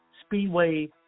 Speedway